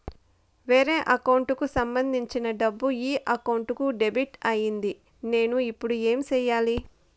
వేరే అకౌంట్ కు సంబంధించిన డబ్బు ఈ అకౌంట్ కు డెబిట్ అయింది నేను ఇప్పుడు ఏమి సేయాలి